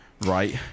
right